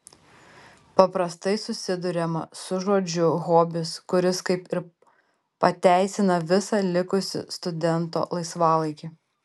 paprastai susiduriama su žodžiu hobis kuris kaip ir pateisina visą likusį studento laisvalaikį